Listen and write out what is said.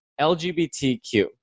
LGBTQ